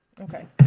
Okay